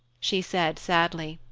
she said sadly.